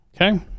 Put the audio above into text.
Okay